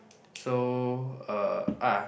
so uh ah